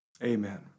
Amen